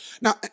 Now